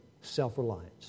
self-reliance